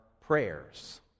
prayers